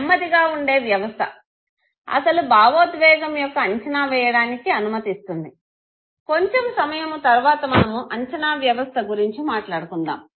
నెమ్మదిగా వుండే వ్యవస్థ అసలు భావోద్వేగం యొక్క అంచనా వెయ్యడానికి అనుమతి ఇస్తుంది కొంచము సమయము తరువాత మనము అంచనా వ్యవస్థ గురించి మాట్లాడుకుందాము